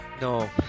No